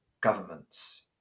governments